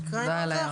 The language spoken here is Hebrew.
הקראנו את זה?